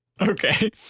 okay